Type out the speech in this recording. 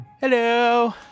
Hello